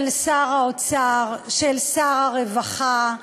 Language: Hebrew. של שר האוצר, של שר הרווחה,